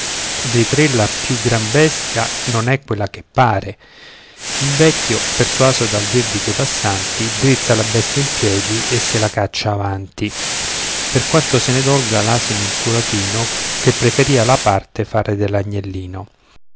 dei tre la più gran bestia non è quella che pare il vecchio persuaso dal dir di quei passanti drizza la bestia in piedi e se la caccia avanti per quanto se ne dolga l'asino in suo latino che preferia la parte fare